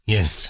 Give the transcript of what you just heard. Yes